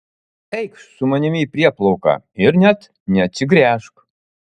eikš su manimi į prieplauką ir net neatsigręžk